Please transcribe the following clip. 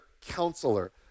counselor